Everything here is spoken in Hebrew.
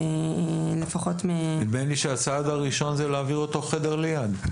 נדמה לי שהצעד הראשון זה להעביר אותו חדר ליד.